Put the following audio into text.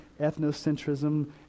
ethnocentrism